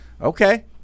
Okay